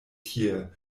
tie